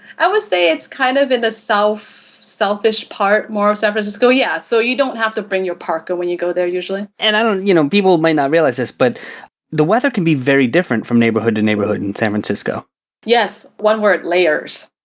i would say, it's kind of in the south selfish part more of san francisco, yeah, so you don't have to bring your parka when you go there usually. seth and um you know, people may not realize this but the weather can be very different from neighborhood to neighborhood in san francisco. anita yes, one word, layers.